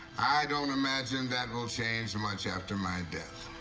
i don't imagine that will change much after my death.